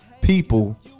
people